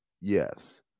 Yes